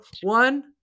one